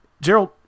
Gerald